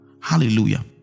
Hallelujah